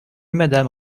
madame